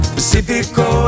Pacifico